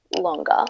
longer